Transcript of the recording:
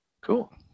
Cool